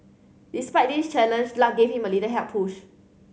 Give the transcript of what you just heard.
despite this challenge luck gave him a little helpful push